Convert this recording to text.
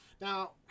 Now